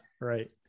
right